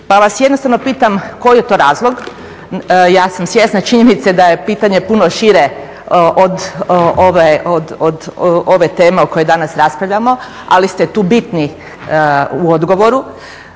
Pa vas jednostavno pitam koji je to razlog, ja sam svjesna činjenice da je pitanje puno šire od ove teme o kojoj danas raspravljamo ali ste tu bitni u odgovoru,